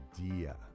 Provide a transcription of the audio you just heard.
idea